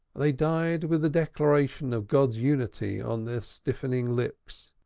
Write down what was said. they died with the declaration of god's unity on their stiffening lips,